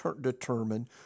determine